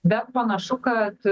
bet panašu kad